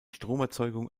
stromerzeugung